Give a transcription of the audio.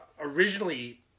originally